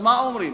מה אומרים?